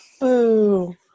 Boo